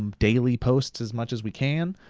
daily posts as much as we can.